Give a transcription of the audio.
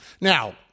Now